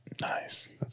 Nice